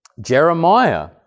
Jeremiah